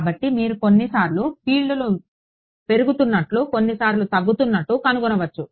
కాబట్టి మీరు కొన్నిసార్లు ఫీల్డ్లు పెరుగుతున్నట్లు కొన్నిసార్లు తగ్గుతున్నట్లు కనుగొనవచ్చు